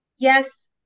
Yes